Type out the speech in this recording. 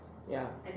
ya